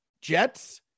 jets